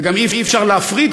וגם אי-אפשר להפריד,